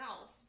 else